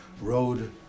road